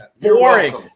boring